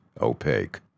opaque